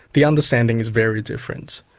the understanding is very different.